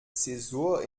zäsur